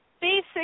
basic